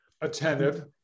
Attentive